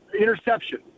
interception